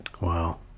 Wow